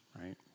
Right